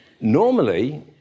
normally